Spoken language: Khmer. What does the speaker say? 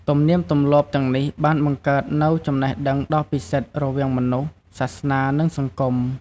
ទំនៀមទម្លាប់ទាំងនេះបានបង្កើតនូវចំណងដ៏ពិសិដ្ឋរវាងមនុស្ស សាសនា និងសង្គម។